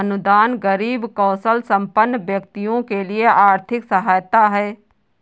अनुदान गरीब कौशलसंपन्न व्यक्तियों के लिए आर्थिक सहायता है